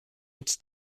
its